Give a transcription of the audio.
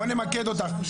בוא נמקד אותן.